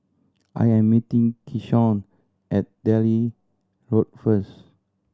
I am meeting Keyshawn at Delhi Road first